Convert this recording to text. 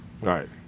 Right